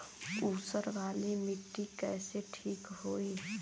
ऊसर वाली मिट्टी कईसे ठीक होई?